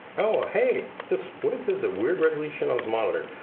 oh, hey this width is a weird resolution on the monitor,